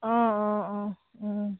অঁ অঁ অঁ অঁ